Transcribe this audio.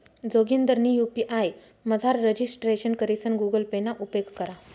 जोगिंदरनी यु.पी.आय मझार रजिस्ट्रेशन करीसन गुगल पे ना उपेग करा